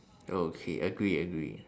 okay agree agree